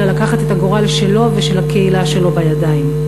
אלא לקחת את הגורל שלו ושל הקהילה שלו בידיים.